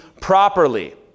properly